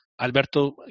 Alberto